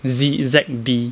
Z Z D